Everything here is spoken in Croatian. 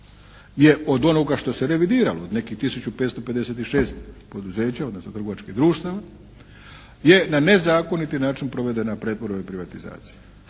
je od onoga što se revidiralo, nekih 1556 poduzeća odnosno trgovačkih društava gdje je na nezakoniti način provedena pretvorba i privatizacija.